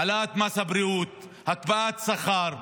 העלאת מס הבריאות, הקפאת שכר.